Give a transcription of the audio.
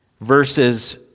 verses